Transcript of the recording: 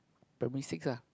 primary six ah